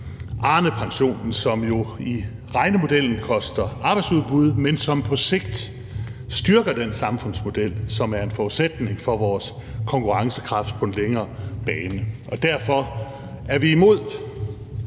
Arnepensionen, som jo i regnemodellen koster arbejdsudbud, man som på sigt styrker den samfundsmodel, som er en forudsætning for vores konkurrencekraft på en længere bane. Derfor er vi imod